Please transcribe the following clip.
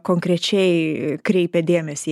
konkrečiai kreipia dėmesį